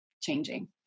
changing